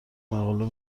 مقاله